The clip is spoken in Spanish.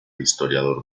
historiador